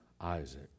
Isaac